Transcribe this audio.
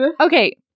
Okay